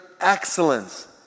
excellence